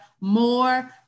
more